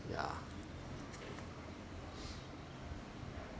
yeah